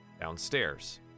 downstairs